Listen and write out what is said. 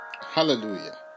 Hallelujah